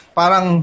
parang